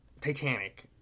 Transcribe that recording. Titanic